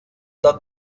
doug